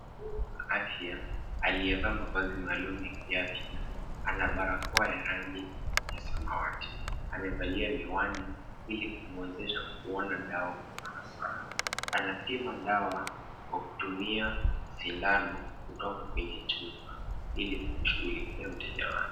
Afya , aliyevaa mavazi maalum ya kiafya, ana barakoa ya rangi ya samawati. Amevalia miwani ili kumwezesha kuona dawa kwa ufasaha. Anapima dawa kwa kutumia sindano kutoka kwenye chupa, ili kumshugulikia mteja wake .